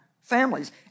families